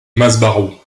masbaraud